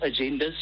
agendas